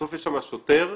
בסוף יש שם שוטר שאומר: